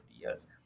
years